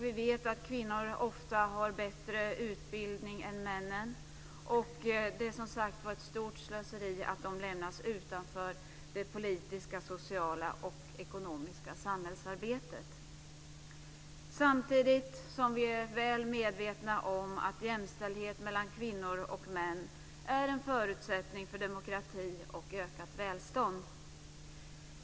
Vi vet att kvinnorna ofta har bättre utbildning än männen, och det är, som sagt var, ett stort slöseri att de lämnas utanför det politiska, sociala och ekonomiska samhällsarbetet. Samtidigt är vi väl medvetna om att jämställdhet mellan kvinnor och män är en förutsättning för demokrati och ökat välstånd.